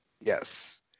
Yes